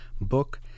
book